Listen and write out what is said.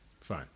Fine